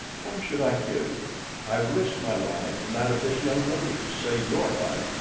why should i kill you? i have risked my life and that of this young lady to save your life.